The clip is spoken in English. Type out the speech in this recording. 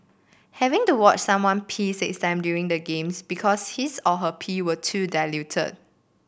having to watch someone pee six time during the Games because his or her pee were too diluted